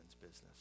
business